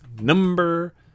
Number